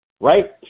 right